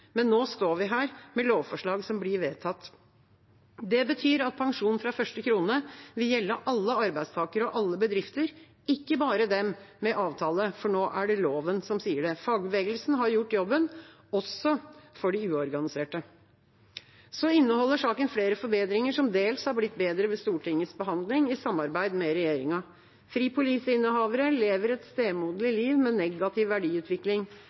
men nå står vi her med lovforslag som blir vedtatt. Det betyr at pensjon fra første krone vil gjelde alle arbeidstakere og alle bedrifter, ikke bare for dem med avtale – for nå er det loven som sier det. Fagbevegelsen har gjort jobben, også for de uorganiserte. Saken inneholder flere forbedringer, som dels har blitt bedre ved Stortingets behandling i samarbeid med regjeringa. Fripoliseinnehavere lever et stemoderlig liv med negativ verdiutvikling.